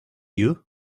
you